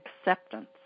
acceptance